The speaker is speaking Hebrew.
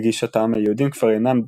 לגישתם, היהודים כבר אינם ד'מים,